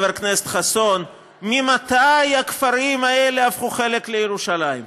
חבר הכנסת חסון: ממתי הכפרים האלה הפכו חלק מירושלים?